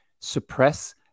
suppress